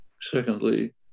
Secondly